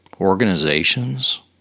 organizations